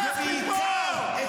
לך מפה.